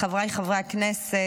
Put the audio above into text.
חבריי חברי הכנסת,